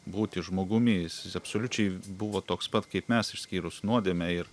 būti žmogumi jis absoliučiai buvo toks pat kaip mes išskyrus nuodėmę ir